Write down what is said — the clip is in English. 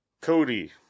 Cody